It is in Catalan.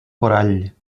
corall